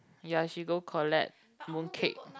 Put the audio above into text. ya she go collect mooncake